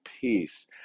peace